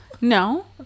No